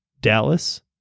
Dallas